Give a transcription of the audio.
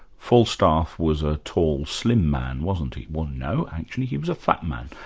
falstaff was a tall slim man, wasn't he? well no, actually he was a fat man.